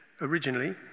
originally